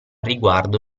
riguardo